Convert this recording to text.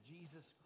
Jesus